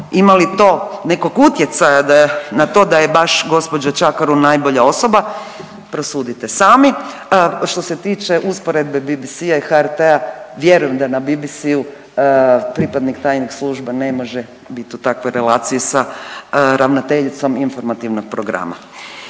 Imali li to nekog utjecaja da, na to da je baš gospođa Čakarun najbolja osoba prosudite sami. Što se tiče usporedbe BBC-a i HRT-a vjerujem da na BBC-u pripadnik tajne službe ne može biti u takvoj relaciji sa ravnateljicom informativnog programa